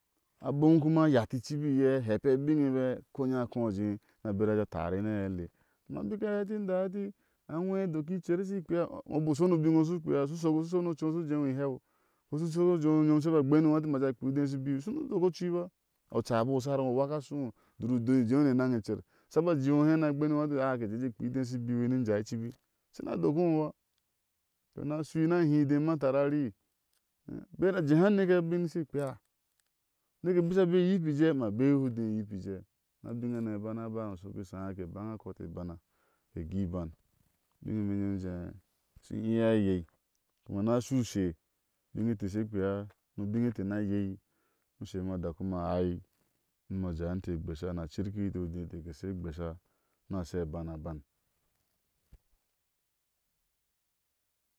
Abom kuma a yatihe icibi ye a hepa abine e be ko nya a ko a jee a berta a jééa a tarihe niaeile iye amma bika heti anwe a doki icer shi kpea iŋo bik u shɔni u bine ino u shihu kpea u shi u shɔ ni ocui ino u shu jeewi iihɛu? Ino u shi u shɔni ocu iŋo nyom a sha ba gbeni ino a hɛti ma jeea kpea ubriŋ shu ubiwi ushu ni u dok o ocui ba. oca biku shar ino weaka ashui ino dur udei u jeewi ino ni enene eicer a sha ba jee iŋo he ni a gbeni ino eti aa ke jee je kpea ide shi ibiwi ni in jawi icibi? Ashina dok inba. ke na shuwi ni a hide ma atani bera a jeehi aneke abiŋ she kpea uneke biksha bei iyibije ma beihe udei iyibije ni a bin hane banana bai ni sauki shaa ke bana koti e ibana a ke gui iban. ubine e ime nyom m je ishi iya a yei kuma ina a shui ushe ubunŋe inte she kpea ni ubine intew ni a yea e ushe umaa u udaki yumaa uaai ni a mau ujaai ionte igbesha ni a cirkihe inte udé nite ke she gbesha nia shooa aban aban